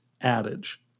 adage